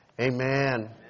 Amen